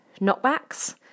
knockbacks